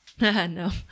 no